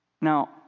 Now